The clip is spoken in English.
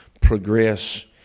progress